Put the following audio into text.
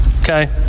Okay